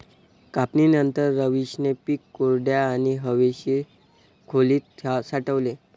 कापणीनंतर, रवीशने पीक कोरड्या आणि हवेशीर खोलीत साठवले